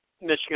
Michigan